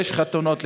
יש חתונות.